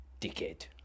Dickhead